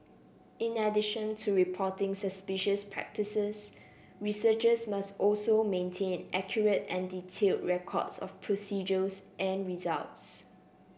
in addition to reporting suspicious practices researchers must also maintain accurate and detailed records of procedures and results